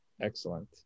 Excellent